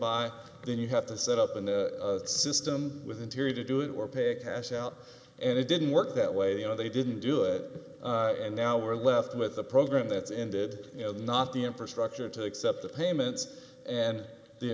by then you have to set up a new system with in theory to do it or pay a cash out and it didn't work that way you know they didn't do it and now we're left with a program that's ended you know not the infrastructure to accept the payments and the